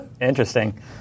interesting